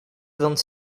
vingt